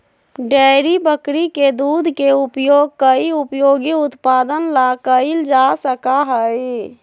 dairy बकरी के दूध के उपयोग कई उपयोगी उत्पादन ला कइल जा सका हई